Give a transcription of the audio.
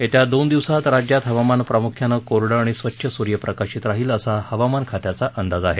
येत्या दोन दिवसात राज्यात हवामान प्रामुख्यानं कोरडं आणि स्वच्छ सुर्यप्रकाशीत राहील असा हवामान खात्याचा अंदाज आहे